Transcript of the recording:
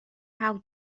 how